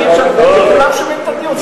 וכולם שומעים את הדיון.